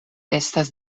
estas